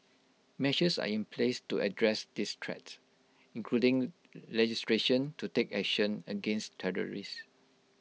measures are in place to address this threat including legislation to take action against terrorists